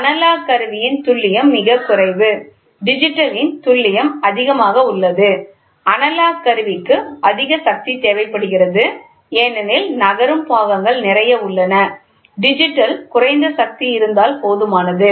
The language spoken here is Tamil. அனலாக் கருவியின் துல்லியம் மிகக் குறைவு டிஜிட்டலின் துல்லியம் அதிகமாக உள்ளது அனலாக் கருவிக்கு அதிக சக்தி தேவைப்படுகிறது ஏனெனில் நகரும் பாகங்கள் நிறைய உள்ளன டிஜிட்டல் குறைந்த சக்தி இருந்தால் போதுமானது